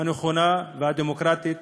הנכונה והדמוקרטית